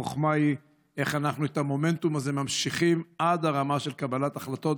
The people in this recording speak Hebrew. החוכמה היא איך אנחנו ממשיכים את המומנטום הזה